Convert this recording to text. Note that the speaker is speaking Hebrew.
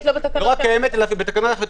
זה